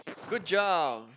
good job